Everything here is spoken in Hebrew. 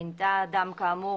אם מינתה אדם כאמור,